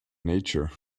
nature